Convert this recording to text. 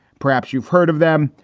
perhaps you've heard of them.